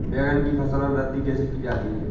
बैंगन की फसल में वृद्धि कैसे की जाती है?